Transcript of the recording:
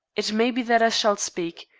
it may be that i shall speak.